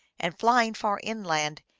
and, flying far inland,